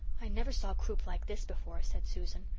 i never saw croup like this before said susan.